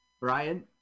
Brian